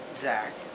Zach